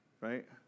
right